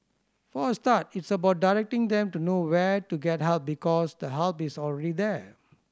for a start it's about directing them to know where to get help because the help is already there